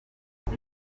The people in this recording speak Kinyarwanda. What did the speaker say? aho